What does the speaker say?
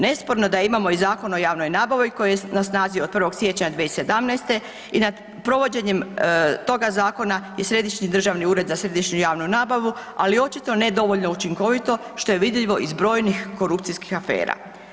Nesporno je da imamo i Zakon o javnoj nabavi koji je na snazi od 1. siječnja 2017. i nad provođenjem toga zakona je Središnji državni ured za središnju javnu nabavu ali očito ne dovoljno učinkovito što je vidljivo iz brojnih korupcijskih afera.